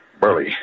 Burley